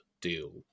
deal